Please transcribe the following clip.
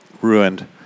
ruined